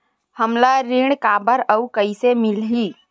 हमला ऋण काबर अउ कइसे मिलही?